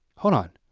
hold on.